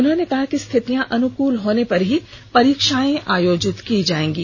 उन्होंने कहा कि स्थितियां अनुकूल होने पर ही परीक्षाएं आयोजित की जाएंगी